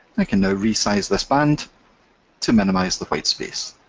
i can now resize this band to minimize the white space.